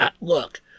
look